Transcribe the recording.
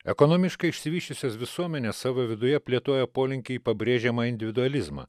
ekonomiškai išsivysčiusios visuomenės savo viduje plėtoja polinkį į pabrėžiamą individualizmą